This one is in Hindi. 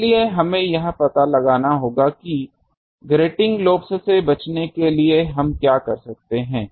इसलिए हमें यह पता लगाना होगा कि ग्रेटिंग लोब्स से बचने के लिए हम क्या कर सकते हैं